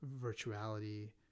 virtuality